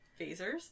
Phasers